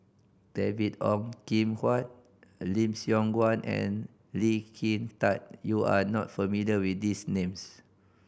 David Ong Kim Huat Lim Siong Guan and Lee Kin Tat you are not familiar with these names